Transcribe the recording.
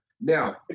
Now